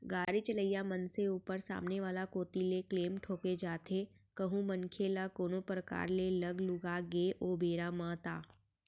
गाड़ी चलइया मनसे ऊपर सामने वाला कोती ले क्लेम ठोंके जाथे कहूं मनखे ल कोनो परकार ले लग लुगा गे ओ बेरा म ता